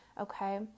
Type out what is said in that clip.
okay